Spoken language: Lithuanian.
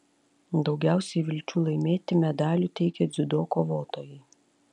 daugiausiai vilčių laimėti medalių teikė dziudo kovotojai